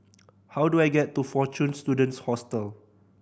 how do I get to Fortune Students Hostel